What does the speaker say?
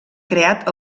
creat